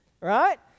Right